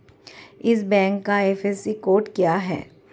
इस बैंक का IFSC code क्या है?